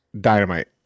dynamite